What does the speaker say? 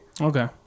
okay